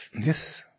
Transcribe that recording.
Yes